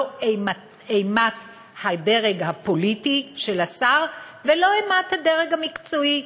לא אימת הדרג הפוליטי של השר ולא אימת הדרג המקצועי,